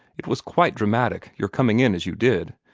it was quite dramatic, your coming in as you did.